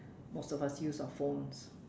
most of us use our phones